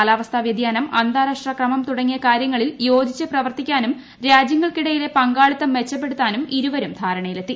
കാലാവസ്ഥാ വൃതിയാനം അന്താരാഷ്ട്ര ക്രമം തുടങ്ങിയ കാര്യങ്ങളിൽ യോജിച്ച് പ്രവർത്തിക്കാനും രാജ്യങ്ങൾക്കിടയിലെ പങ്കാളിത്തം മെച്ചപ്പെടുത്താനും ഇരുവരും ്യാരണയിലെത്തി